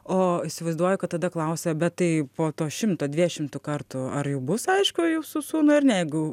o įsivaizduoju kad tada klausia bet tai po to šimto dviej šimtų kartų ar jau bus aišku jūsų sūnui ar ne jeigu